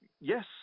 yes